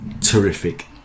terrific